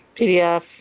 PDF